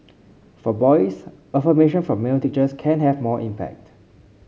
for boys affirmation from male teachers can have more impact